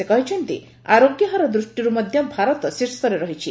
ସେ କହିଛନ୍ତି ଆରୋଗ୍ୟ ହାର ଦୃଷ୍ଟିରୁ ମଧ୍ୟ ଭାରତ ଶୀର୍ଷରେ ରହିଛି